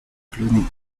cluny